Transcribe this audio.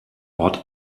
ort